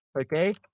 Okay